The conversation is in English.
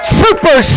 super